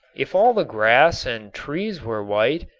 if all the grass and trees were white,